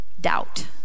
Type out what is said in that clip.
doubt